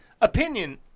opinion